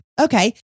Okay